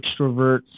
extroverts